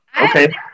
Okay